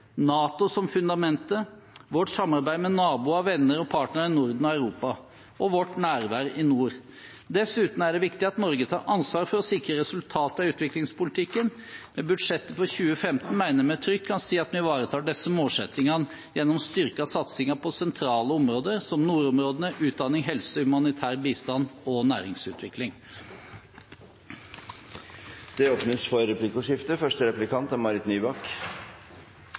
NATO som fundamentet vårt samarbeid med naboer, venner og partnere i Norden og Europa vårt nærvær i nord Dessuten er det viktig at Norge tar ansvar for å sikre resultater i utviklingspolitikken. Med budsjettet for 2015 mener jeg vi trygt kan si at vi ivaretar disse målsettingene gjennom styrkede satsinger på sentrale områder som nordområdene, utdanning, helse, humanitær bistand og næringsutvikling. Det blir replikkordskifte.